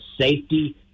safety